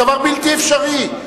הדבר בלתי אפשרי.